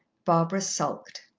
barbara sulked.